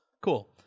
cool